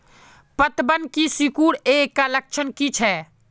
पतबन के सिकुड़ ऐ का लक्षण कीछै?